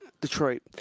Detroit